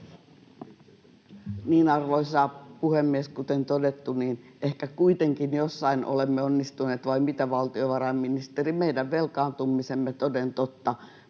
Arvoisa puhemies! Kuten todettu, niin ehkä kuitenkin jossain olemme onnistuneet, vai mitä, valtiovarainministeri? Meidän velkaantumisemme pandemian